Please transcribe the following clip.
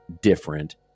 different